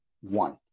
One